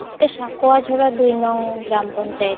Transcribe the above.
এটা সাকোয়াঝোরা দুই নং গ্রাম পঞ্চায়েত